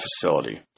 facility